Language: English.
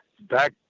Back